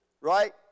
right